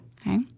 okay